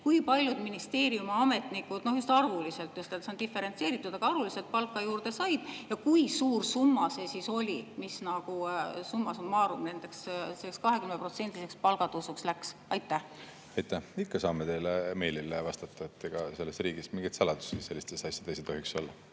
Kui paljud ministeeriumiametnikud – just arvuliselt, see on diferentseeritud, aga arvuliselt – palka juurde said ja kui suur summa see oli, missumma summarumselleks 20%‑liseks palgatõusuks läks? Aitäh! Ikka saame teile meilile vastata, ega selles riigis mingeid saladusi sellistes asjades ei tohiks olla.